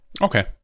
Okay